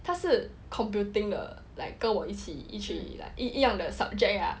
他是 computing 的 like 跟我一起 like 一样的 subject ah